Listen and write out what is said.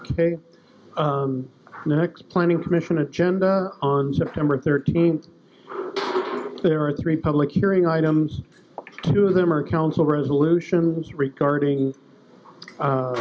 the next planning commission agenda on september thirteenth there are three public hearing items two of them are council resolutions regarding